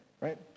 right